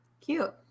Cute